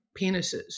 penises